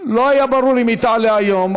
ולא היה ברור אם היא תעלה היום.